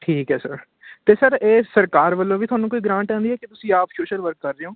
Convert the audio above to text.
ਠੀਕ ਹੈ ਸਰ ਅਤੇ ਸਰ ਇਹ ਸਰਕਾਰ ਵੱਲੋਂ ਵੀ ਤੁਹਾਨੂੰ ਕੋਈ ਗਰਾਂਟ ਆਉਂਦੀ ਹੈ ਕਿ ਤੁਸੀਂ ਆਪ ਸੋਸ਼ਲ ਵਰਕ ਕਰ ਰਹੇ ਓਂ